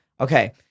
Okay